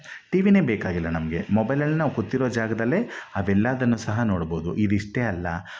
ಟಿವಿನೇ ಬೇಕಾಗಿಲ್ಲ ನಮಗೆ ಮೊಬೈಲಲ್ಲೇ ನಾವು ಕೂತಿರೊ ಜಾಗದಲ್ಲೇ ಅವೆಲ್ಲದನ್ನು ಸಹ ನೋಡ್ಬೋದು ಇದಿಷ್ಟೇ ಅಲ್ಲ